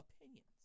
opinions